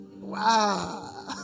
Wow